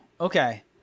Okay